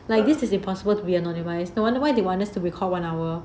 like this is impossible to be anonymised I wonder why they wanted us to record one hour